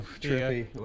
trippy